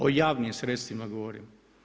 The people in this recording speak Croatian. O javnim sredstvima govorim.